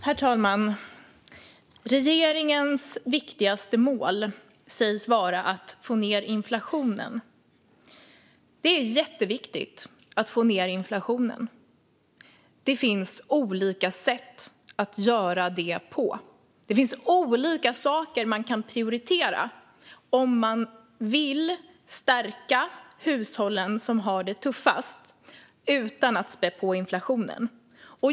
Herr talman! Regeringens viktigaste mål sägs vara att få ned inflationen. Det är jätteviktigt att få ned inflationen. Det finns olika sätt att göra det på. Det finns olika saker man kan prioritera om man vill stärka de hushåll som har det tuffast utan att spä på inflationen.